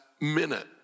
minute